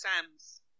Sam's